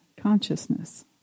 consciousness